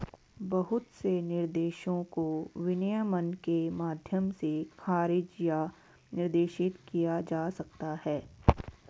बहुत से निर्देशों को विनियमन के माध्यम से खारिज या निर्देशित किया जा सकता है